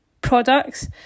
products